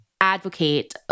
advocate